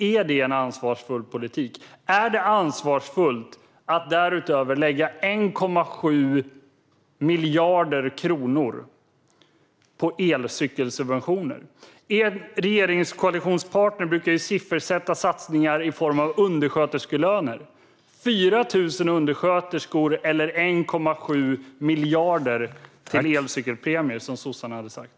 Är det en ansvarsfull politik? Och är det ansvarsfullt att därutöver lägga 1,7 miljarder kronor på elcykelsubventioner? Er regeringskoalitionspartner brukar ju siffersätta satsningar i form av undersköterskelöner, Lorentz Tovatt. 4 000 undersköterskor eller 1,7 miljarder till elcykelpremien? Så hade sossarna sagt.